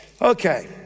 Okay